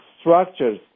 structures